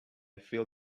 feel